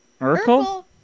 Urkel